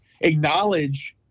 acknowledge